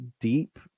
deep